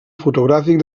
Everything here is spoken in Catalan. fotogràfic